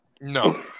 No